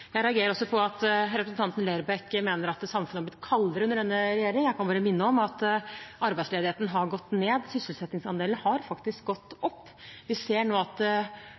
på at representanten Lerbrekk mener at samfunnet har blitt kaldere under denne regjeringen. Jeg kan bare minne om at arbeidsledigheten har gått ned. Sysselsettingsandelen har faktisk gått opp. Vi ser nå at